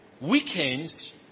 weekends